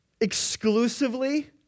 Exclusively